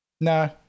No